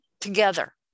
together